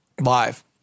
live